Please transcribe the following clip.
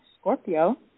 Scorpio